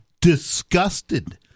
disgusted